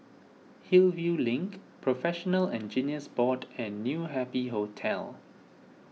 Hillview Link Professional Engineers Board and New Happy Hotel